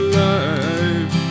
life